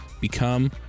become